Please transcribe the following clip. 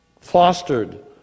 fostered